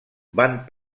van